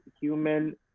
Human